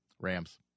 Rams